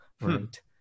right